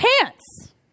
pants